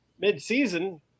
mid-season